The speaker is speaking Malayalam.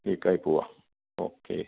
ലീക്കായി പോവാണ് ഓക്കേ